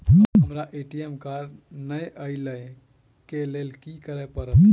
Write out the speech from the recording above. हमरा ATM card नै अई लई केँ लेल की करऽ पड़त?